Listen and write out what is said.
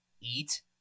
eat